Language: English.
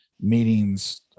meetings